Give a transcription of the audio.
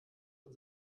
von